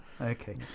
okay